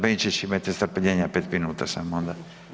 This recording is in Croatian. Benčić imajte strpljenja 5 minuta samo onda.